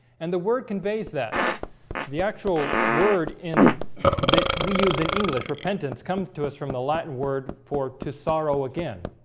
and the word conveys that the actual word in the we use in english repentance comes to us from the latin word for to sorrow again,